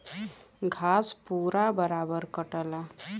घास पूरा बराबर कटला